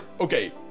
okay